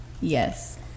Yes